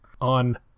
on